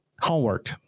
Homework